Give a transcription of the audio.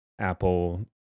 Apple